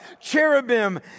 cherubim